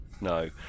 No